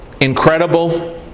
incredible